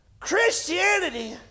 Christianity